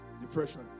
depression